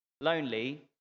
lonely